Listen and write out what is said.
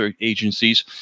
agencies